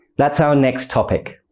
that's our next topic!